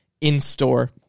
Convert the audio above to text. in-store